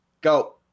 Go